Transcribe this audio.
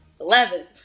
Eleven